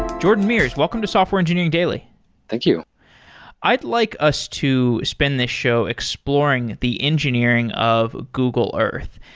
jordon mears, welcome to software engineering daily thank you i'd like us to spend this show exploring the engineering of google earth.